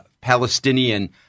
Palestinian